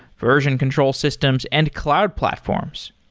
version control systems and cloud platforms.